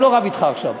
אני לא רב אתך עכשיו.